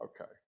okay